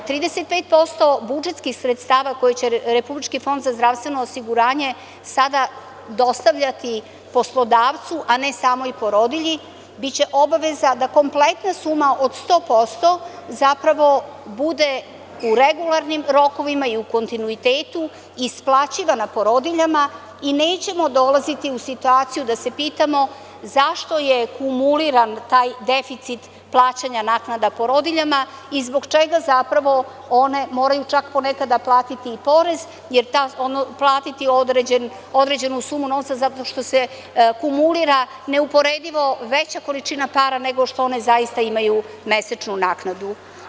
Trideset pet posto budžetskih sredstava, koje će RFZO sada dostavljati poslodavcu, a ne samoj porodilji, biće obaveza da kompletna suma od 100% zapravo bude u regularnim rokovima i u kontinuitetu isplaćivana porodiljama i nećemo dolaziti u situaciju da se pitamo zašto je kumuliran taj deficit plaćanja naknada porodiljama i zbog čega zapravo one moraju čak ponekad platiti i porez, platiti određenu sumu novca zato što se kumulira neuporedivo veća količina para nego što one zaista imaju mesečnu naknadu.